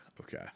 okay